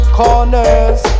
corners